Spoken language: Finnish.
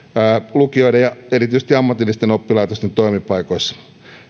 lukioiden ja erityisesti ammatillisten oppilaitosten toimipaikoissa